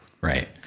right